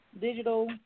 digital